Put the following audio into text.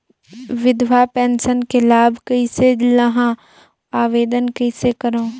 विधवा पेंशन के लाभ कइसे लहां? आवेदन कइसे करव?